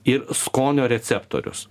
ir skonio receptorius